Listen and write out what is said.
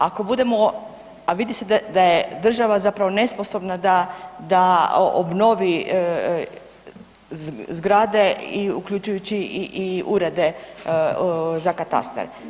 Ako budemo, a vidi se da je država zapravo nesposobna da obnovi zgrade i uključujući i urede za katastar.